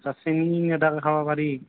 চেনি নেদাকে খাব পাৰি